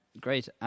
Great